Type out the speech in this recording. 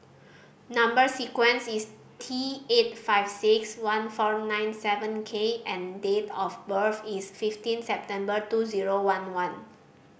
number sequence is T eight five six one four nine seven K and date of birth is fifteen September two zero one one